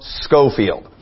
Schofield